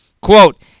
quote